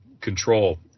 control